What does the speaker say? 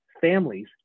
families